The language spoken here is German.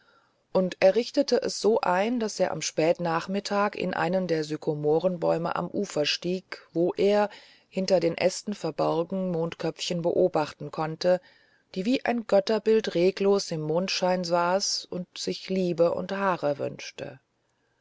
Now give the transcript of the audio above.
und er richtete es so ein daß er am spätnachmittag in einen der sykomorenbäume am ufer stieg wo er hinter den ästen verborgen mondköpfchen beobachten konnte die wie ein götterbild regungslos im mondschein saß und sich liebe und haare wünschte